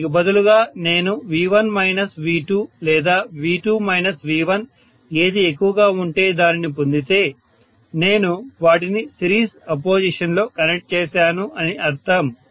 దానికి బదులుగా నేను V1 V2 లేదా V2 V1 ఏది ఎక్కువగా ఉంటే దానిని పొందితే నేను వాటిని సిరీస్ అపొజిషన్ లో కనెక్ట్ చేసాను అని అర్థం